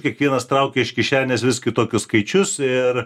kiekvienas traukė iš kišenės vis kitokius skaičius ir